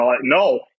no